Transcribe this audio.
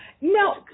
No